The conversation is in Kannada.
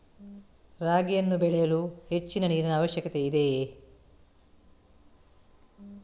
ರಾಗಿಯನ್ನು ಬೆಳೆಯಲು ಹೆಚ್ಚಿನ ನೀರಿನ ಅವಶ್ಯಕತೆ ಇದೆಯೇ?